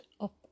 up